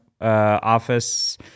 Office